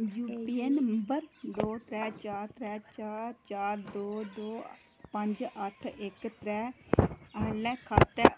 U P N number दो त्रै चार त्रै चार दो दो पंज अट्ठ इक त्रै आह्ले खाते